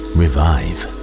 revive